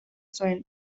zuen